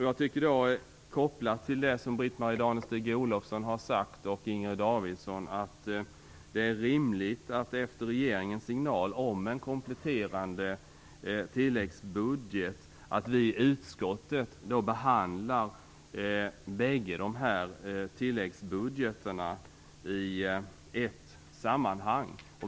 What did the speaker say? Jag tycker, i samband med det som Britt-Marie Danestig-Olofsson och Inger Davidson har sagt, att det efter regeringens signal om en kompletterande tilläggsbudget är rimligt att vi i utskottet behandlar de bägge tilläggsbudgetarna i ett sammanhang.